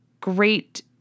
great